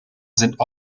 sind